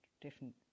different